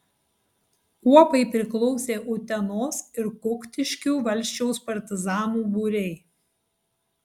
kuopai priklausė utenos ir kuktiškių valsčiaus partizanų būriai